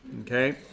Okay